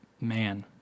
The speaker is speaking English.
Man